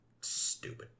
stupid